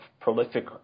prolific